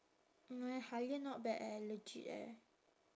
no eh Halia not bad eh legit eh